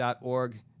org